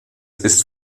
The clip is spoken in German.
ist